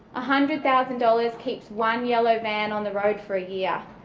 ah hundred thousand dollars keeps one yellow van on the road for a year.